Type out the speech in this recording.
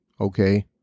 Okay